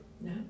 No